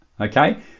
Okay